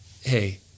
hey